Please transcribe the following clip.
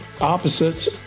opposites